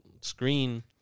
screen